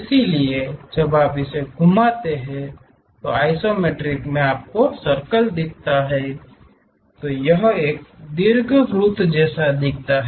इसलिए जब आप इसे घुमाते हैं तो आइसोमेट्रिक मे आपके सर्कल को देखता है यह एक दीर्घवृत्त जैसा दिखता है